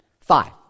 five